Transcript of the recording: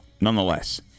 nonetheless